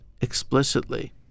explicitly